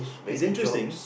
it's interesting